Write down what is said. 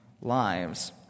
lives